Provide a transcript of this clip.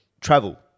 travel